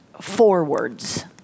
forwards